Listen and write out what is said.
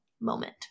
moment